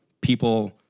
people